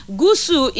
gusu